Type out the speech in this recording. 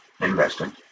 investing